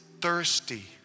thirsty